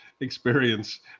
experience